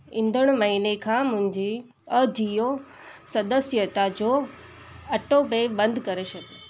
ईंदड़ महीने खां मुंहिंजी अजियो सदस्यता जो अटोपे बंदि करे छॾियो